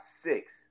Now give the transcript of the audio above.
six